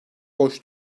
boş